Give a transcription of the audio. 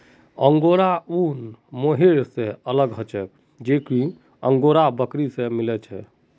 angora ऊन mohair स अलग ह छेक जेको अंगोरा बकरी स मिल छेक